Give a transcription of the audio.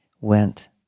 went